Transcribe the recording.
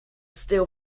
steal